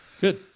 Good